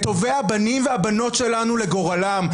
את טובי הבנים והבנות שלנו לגורלם.